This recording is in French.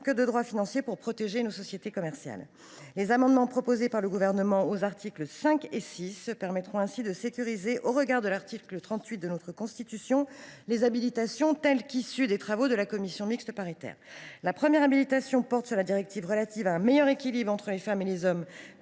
que de droit financier, pour protéger nos sociétés commerciales. Les amendements proposés par le Gouvernement aux articles 5 et 6 tendent à sécuriser, au regard de l’article 38 de la Constitution, les habilitations telles qu’elles ont été rédigées par la commission mixte paritaire. La première habilitation, à l’article 5, porte sur la directive relative à un meilleur équilibre entre les femmes et les hommes